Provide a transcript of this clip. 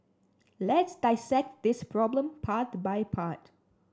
let's dissect this problem part by part